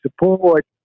support